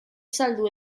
saldu